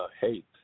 hate